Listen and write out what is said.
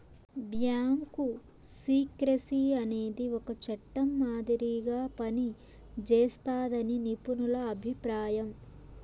bank secrecy అనేది ఒక చట్టం మాదిరిగా పనిజేస్తాదని నిపుణుల అభిప్రాయం